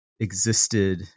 existed